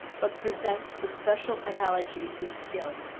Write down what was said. but presents the special analogies with skill.